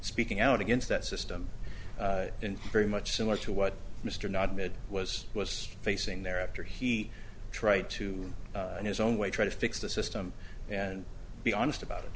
speaking out against that system and very much similar to what mr nodded was was facing there after he tried to in his own way try to fix the system and be honest about it